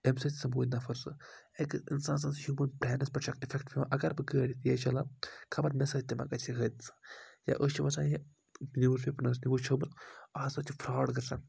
امہِ سٟتۍ ہسا موٗدۍ نَفَر زٕ أکِس اِنسان سٕنز ہیوٗمَن پؠٹھ چھِ اَکھ اِفؠکٹ پؠوان اَگر بہٕ گٲڑۍ تیز چَلاو خَبَر مےٚ سۭتۍ تہِ مہ گژھِ یہِ حٲدثہٕ یا أسۍ چھِ وَسان یا نِوٕز پیپرَن ہٕنز نِوٕز یہِ ہسا چھِ فراڈ گژھان